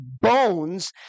bones